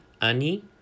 Annie